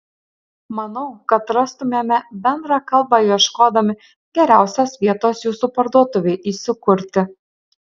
manau kad rastumėme bendrą kalbą ieškodami geriausios vietos jūsų parduotuvei įsikurti